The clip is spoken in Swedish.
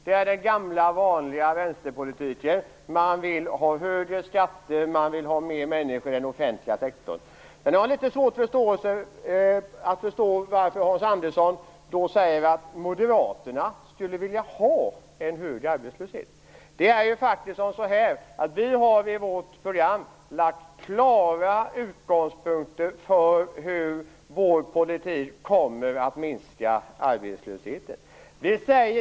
Det är den gamla vanliga vänsterpolitiken: Man vill ha högre skatter och fler människor i den offentliga sektorn. Jag har litet svårt att förstå varför Hans Andersson säger att Moderaterna skulle vilja ha en hög arbetslöshet. I Moderaternas program har klara utgångspunkter lagts fast för hur moderat politik kommer att minska arbetslösheten.